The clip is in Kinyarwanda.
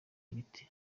ibiti